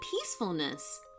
peacefulness